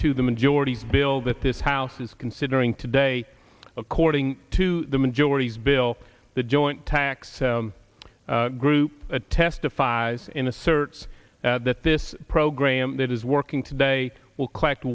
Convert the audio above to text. to the majority bill that this house is considering today according to the majorities bill the joint tax group testifies in asserts that this program that is working today will collect